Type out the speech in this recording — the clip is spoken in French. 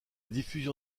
diffusion